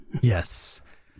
Yes